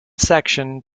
section